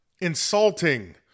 Insulting